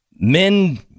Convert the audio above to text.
Men